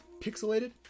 pixelated